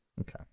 Okay